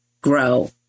grow